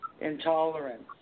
intolerance